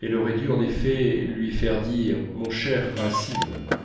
elle aurait dû en effet lui faire dire mon cher racine